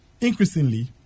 increasingly